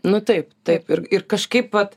nu taip taip ir ir kažkaip vat